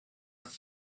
auf